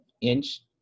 inch